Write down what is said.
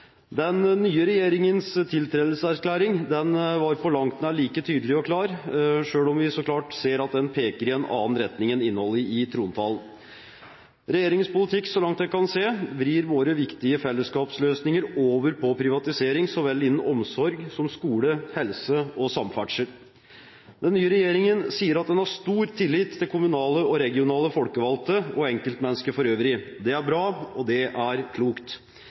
Den nye regjeringens tiltredelseserklæring var på langt nær like tydelig og klar, selv om vi ser at den peker i en annen retning enn det innholdet i trontalen gjør. Regjeringens politikk vrir, så langt jeg kan se, våre viktige fellesskapsløsninger over på privatisering innen så vel omsorg som skole, helse og samferdsel. Den nye regjeringen sier at den har stor tillit til kommunale og regionale folkevalgte og enkeltmennesker for øvrig. Det er bra og klokt. Men i neste setning får vi høre at det